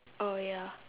oh ya